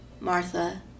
Martha